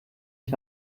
ich